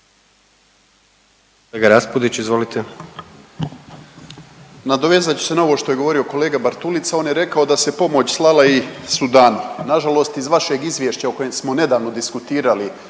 **Raspudić, Nino (MOST)** Nadovezat ću se na ovo što je govorio kolega Bartulica, on je rekao da se pomoć slala i Sudanu. Nažalost iz vašeg izvješća o kojem smo nedavno diskutirali